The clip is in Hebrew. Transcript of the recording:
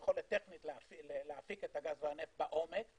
יכולת טכנית להפיק את הגז והנפט בעומק.